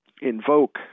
invoke